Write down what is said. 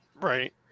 right